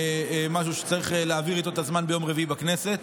כמשהו שצריך להעביר איתו את הזמן ביום רביעי בכנסת.